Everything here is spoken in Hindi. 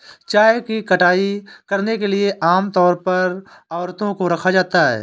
चाय की कटाई करने के लिए आम तौर पर औरतों को रखा जाता है